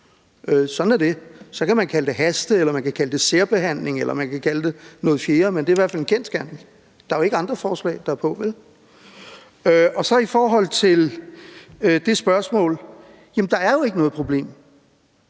Sådan er det. Så kan man kalde det haste- eller særbehandling, eller man kan kalde det noget fjerde, men det er i hvert fald en kendsgerning. Der er jo ikke andre forslag, der er på, vel? Og så i forhold til spørgsmålet: Jamen der er jo ikke noget problem.